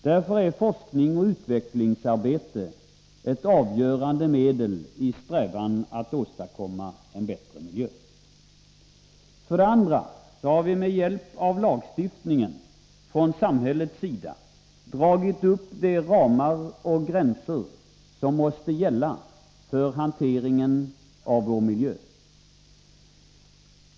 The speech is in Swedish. Därför är forskning och utvecklingsarbete ett avgörande medel i strävan att åstadkomma en bättre miljö. För det andra har vi med hjälp av lagstiftningen från samhällets sida dragit upp de gränser som måste gälla för hanteringen av vår miljö.